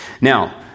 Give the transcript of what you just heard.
Now